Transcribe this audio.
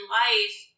life